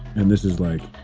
and this is like